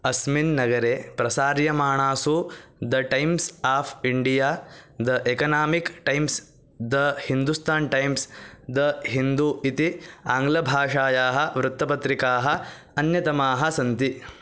अस्मिन् नगरे प्रसार्यमाणासु the Times of India the Economic Times the Hindustan Times the Hindu इति आङ्ग्लभाषायाः वृत्तपत्रिकाः अन्यतमाः सन्ति